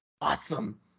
Awesome